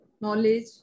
knowledge